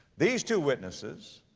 these two witnesses